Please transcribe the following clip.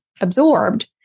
absorbed